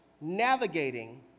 navigating